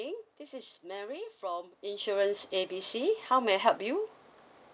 ~ing this is mary from insurance A B C how may I help you